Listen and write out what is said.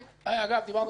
דיברנו קודם,